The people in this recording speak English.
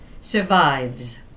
survives